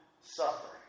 suffering